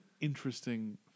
interesting